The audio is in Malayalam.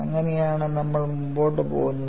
അങ്ങനെയാണ് നമ്മൾ മുന്നോട്ട് പോകുന്നത്